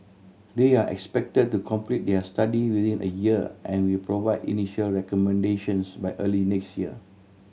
they are expected to complete their study within a year and will provide initial recommendations by early next year